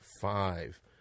Five